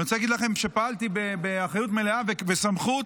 אני רוצה להגיד לכם שפעלתי באחריות מלאה ובסמכות.